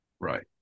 Right